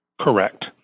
Correct